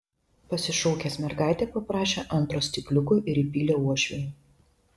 pasišaukęs mergaitę paprašė antro stikliuko ir įpylė uošviui